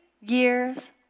years